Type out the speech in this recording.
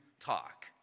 talk